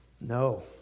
No